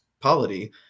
polity